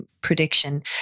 prediction